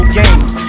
games